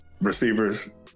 receivers